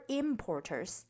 importers